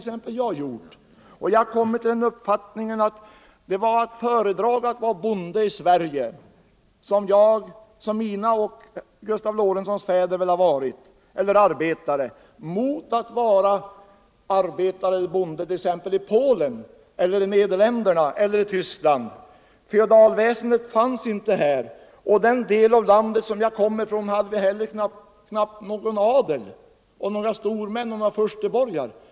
Det har jag gjort, och jag kommer till den uppfattningen att det var att föredra att vara bonde eller arbetare i Sverige - som mina och Gustav Lorentzons fäder väl har varit — framför att vara bonde eller arbetare i exempelvis Polen, Nederländerna eller Tyskland. Feodalväsendet fanns inte här, och den del av landet som jag kommer från hade knappast heller någon adel, några stormän och några fursteborgar.